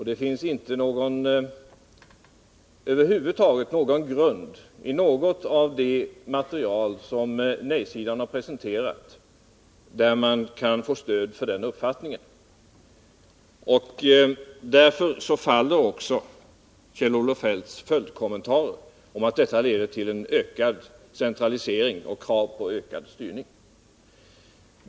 Det finns över huvud taget inte någon grund i det material som nej-sidan har presenterat som ger stöd för den uppfattningen. Därmed faller också Kjell-Olof Feldts följdkommentar om att nej-linjen av detta skäl leder till ökad centralisering och krav på ökad styrning.